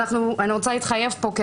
לשבת.